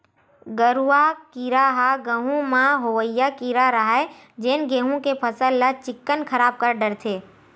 गरुआ कीरा ह गहूँ म होवइया कीरा हरय जेन गेहू के फसल ल चिक्कन खराब कर डरथे